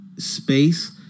space